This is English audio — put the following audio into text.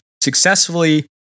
successfully